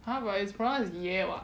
!huh! but it's pronounced as ya what